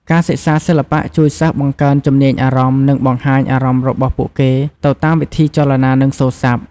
ការសិក្សាសិល្បៈជួយសិស្សបង្កើនជំនាញអារម្មណ៍ និងបង្ហាញអារម្មណ៍របស់ពួកគេទៅតាមវិធីចលនា និងសូរស័ព្ទ។